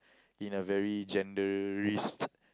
in a very genderist